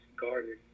guarded